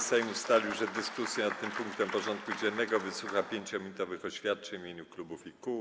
Sejm ustalił, że w dyskusji nad tym punktem porządku dziennego wysłucha 5-minutowych oświadczeń w imieniu klubów i kół.